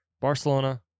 Barcelona